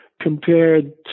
compared